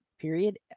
period